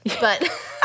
but-